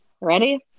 Ready